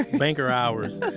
banker hours.